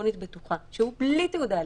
אלקטרונית בטוחה שהוא בלי תעודה אלקטרונית.